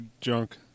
junk